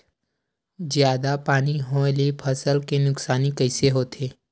जादा पानी होए ले फसल के नुकसानी कइसे होथे?